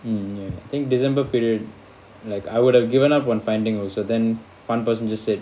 mm ya I think december period like I would have given up on finding also then one person just said